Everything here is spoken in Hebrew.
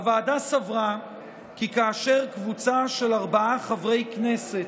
הוועדה סברה כי כאשר קבוצה של ארבעה חברי כנסת,